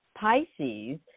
Pisces